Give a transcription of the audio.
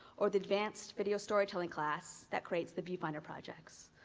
or the advanced video storytelling class that creates the viewfinder projects.